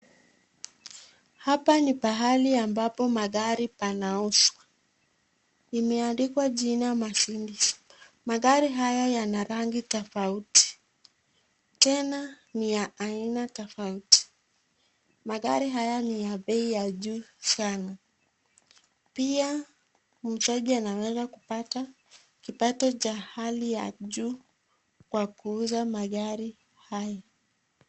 Hapa ni mahali ambapo magari yanauzwa, imeandikwa mercedes ,magari haya ina rangi tofauti, tena ni ya aina tofauti, magari haya ni ya bei ya juu sana, pia muuzaji anaweza kupata kipato chake cha hali ya juu kwa kuuza magari haya.